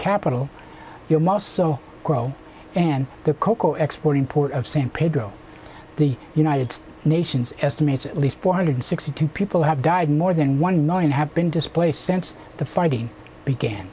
capital your most so grow and the cocoa export import of san pedro the united nations estimates at least four hundred sixty two people have died more than one million have been displaced since the fighting began